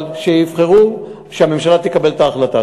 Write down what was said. אבל שהממשלה תקבל את ההחלטה.